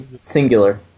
Singular